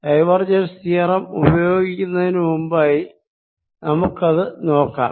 divergence theorem ഉപയോഗിക്കുന്നതിനു മുൻപായി നമുക്കത് നോക്കാം